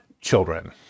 children